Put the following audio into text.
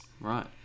Right